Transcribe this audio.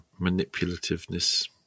manipulativeness